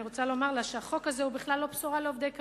אני רוצה לומר לה שהחוק הזה הוא בכלל לא בשורה לעובדי קבלן,